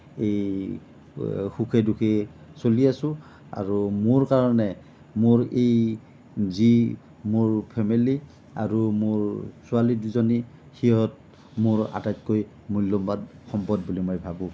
এই সুখে দুখে চলি আছোঁ আৰু মোৰ কাৰণে মোৰ এই যি মোৰ ফেমেলি আৰু মোৰ ছোৱালী দুজনী সিহঁত মোৰ আটাইতকৈ মূল্যৱান সম্পদ বুলি মই ভাবোঁ